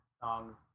songs